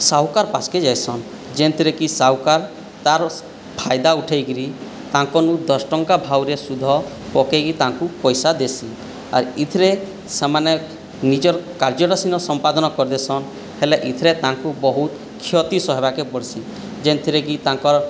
ସାହୁକାର ପାଶକୁ ଯାଏସନ୍ ଯେଉଁଥିରେକି ସାହୁକାର ତା'ର ଫାଇଦା ଉଠାଇକରି ତାଙ୍କନୁ ଦଶ ଟଙ୍କା ଭାଉରେ ସୁଧ ପକାଇକି ତାଙ୍କୁ ପଇସା ଦେସି ଆର୍ ଏଥିରେ ସେମାନେ ନିଜର କାର୍ଯ୍ୟଟା ସିନା ସମ୍ପାଦନ କରିଦେସନ୍ ହେଲେ ଏଥିରେ ତାଙ୍କୁ ବହୁତ କ୍ଷତି ସହିବାକୁ ପଡ଼୍ସି ଯେଉଁଥିରେକି ତାଙ୍କର